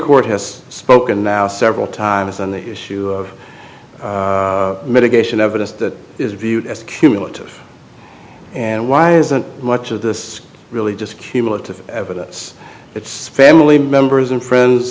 court has spoken now several times on the issue of mitigation evidence that is viewed as a cumulative and why isn't much of this really just cumulative evidence it's family members and friends